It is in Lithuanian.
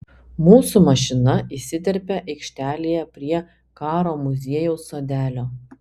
mūsų mašina įsiterpia aikštelėje prie karo muziejaus sodelio